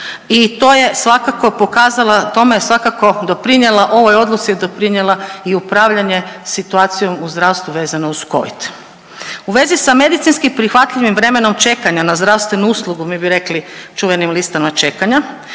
i to je svakako pokazala, tome je svakako doprinijela ovoj odluci, doprinijela i upravljanje situacijom u zdravstvu vezano uz Covid. U vezi sa medicinski prihvatljivim vremenom čekanja na zdravstvenu uslugu, mi bi rekli, čuvenim listama čekanja,